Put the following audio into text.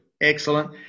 Excellent